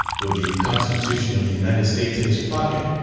with the constitution of the united states in his pocket,